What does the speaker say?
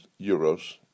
euros